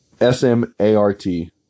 S-M-A-R-T